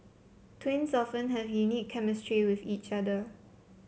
twins often have a unique chemistry with each other